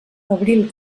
abril